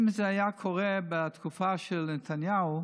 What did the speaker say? אם זה היה קורה בתקופה של נתניהו,